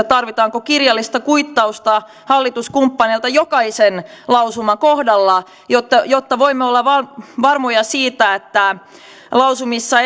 tarvitaanko kirjallista kuittausta hallituskumppaneilta jokaisen lausuman kohdalla jotta jotta voimme olla varmoja siitä että lausumissa